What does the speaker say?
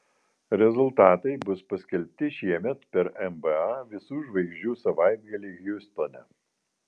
rezultatai bus paskelbti šiemet per nba visų žvaigždžių savaitgalį hjustone